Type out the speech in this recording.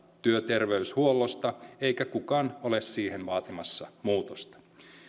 työterveyshuollosta eikä kukaan ole siihen vaatimassa muutosta